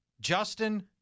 Justin